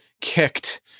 kicked